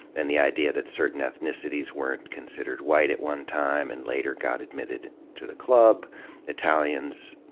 and the idea that certain ethnicities weren't considered white at one time and later got admitted to the club italians,